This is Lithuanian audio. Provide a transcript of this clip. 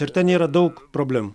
ir ten yra daug problemų